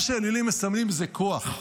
מה שאלילים מסמלים זה כוח.